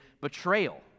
betrayal